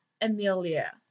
amelia